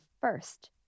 first